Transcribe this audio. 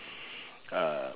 uh